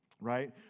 right